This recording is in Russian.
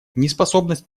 неспособность